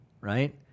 right